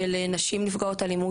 של נשים נפגעות אלימות